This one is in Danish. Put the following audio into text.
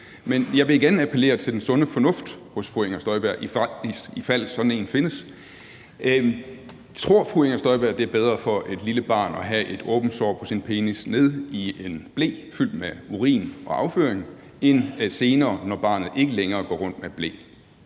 Men jeg vil igen appellere til den sunde fornuft hos fru Inger Støjberg – i fald sådan en findes: Tror fru Inger Støjberg, det er bedre for et lille barn at have et åbent sår på sin penis nede i en ble fyldt med urin og afføring, end at have såret senere, når barnet ikke længere går rundt med ble?